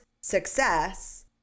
success